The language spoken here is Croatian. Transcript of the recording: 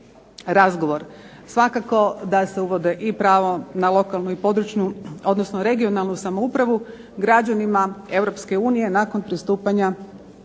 razgovor. Svakako da se uvode i pravo na lokalnu i područnu, odnosno regionalnu samoupravu građanima EU nakon pristupanja